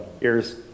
Ears